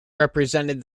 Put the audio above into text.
represented